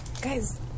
guys